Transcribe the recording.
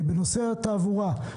בנושא התעבורה,